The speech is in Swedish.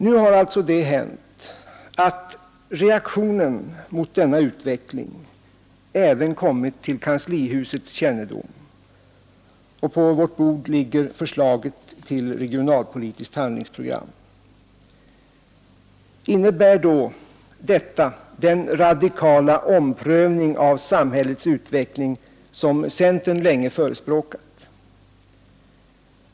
Nu har alltså det hänt att reaktionen mot denna utveckling även kommit till kanslihusets kännedom, och på vårt bord ligger förslaget till regionalpolitiskt handlingsprogram. Innebär då detta den radikala omprövning av samhällets utveckling som centern länge förespråkat?